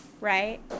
right